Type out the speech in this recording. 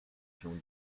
się